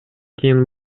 кийин